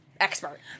expert